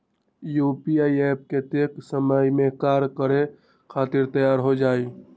UPI app कतेइक समय मे कार्य करे खातीर तैयार हो जाई?